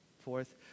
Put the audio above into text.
Fourth